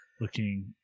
looking